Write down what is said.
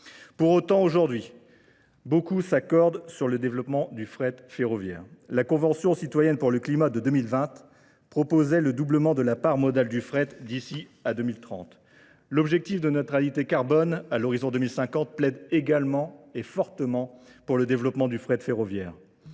Pour autant, aujourd'hui, Beaucoup s'accordent sur le développement du fret ferroviaire. La Convention citoyenne pour le climat de 2020 proposait le doublement de la part modale du fret d'ici à 2030. L'objectif de neutralité carbone à l'horizon 2050 plaide également et fortement pour le développement du fret ferroviaire.